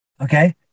Okay